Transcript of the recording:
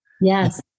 Yes